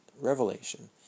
revelation